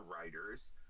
writers